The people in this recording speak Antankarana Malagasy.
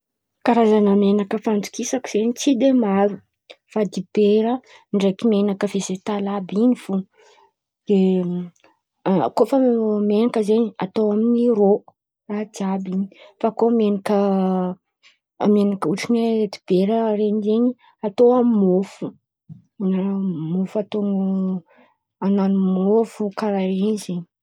Karazan̈y menaka fandokisako zen̈y tsy de maro fa dibera ndraiky menaka vegetaly àby in̈y fo. Koa fa menaka zen̈y ato amin̈'ny rô raha jiàby fa koa menaka ôtrany hoe dibera ren̈y zen̈y atao amin̈'ny môfo na man̈ano môfo karà in̈y zen̈y.